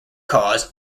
cause